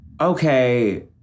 okay